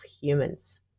humans